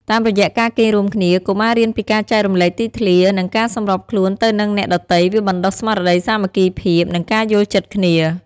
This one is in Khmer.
តាមរយៈការគេងរួមគ្នា កុមាររៀនពីការចែករំលែកទីធ្លា និងការសម្របខ្លួនទៅនឹងអ្នកដទៃ វាបណ្តុះស្មារតីសាមគ្គីភាព និងការយល់ចិត្តគ្នា។